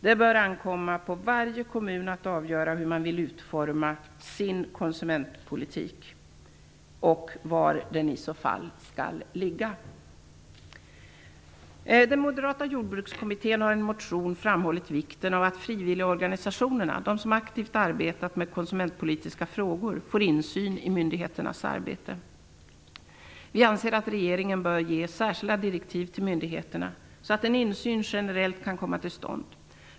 Det bör ankomma på varje kommun att avgöra hur man vill utforma sin konsumentpolitik och var den i så fall skall ligga. Den moderata jordbrukskommittén har i en motion framhållit vikten av att frivilligorganisationerna, de som aktivt arbetat med konsumentpolitiska frågor, får insyn i myndigheternas arbete. Vi anser att regeringen bör ge särskilda direktiv till myndigheterna, så att en insyn generellt kan komma till stånd.